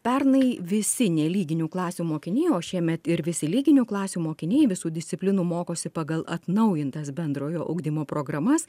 pernai visi nelyginių klasių mokiniai o šiemet ir visi lyginių klasių mokiniai visų disciplinų mokosi pagal atnaujintas bendrojo ugdymo programas